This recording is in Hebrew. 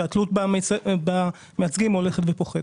שהתלות במייצגים הולכת ופוחתת.